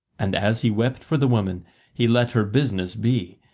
and as he wept for the woman he let her business be,